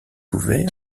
ouvert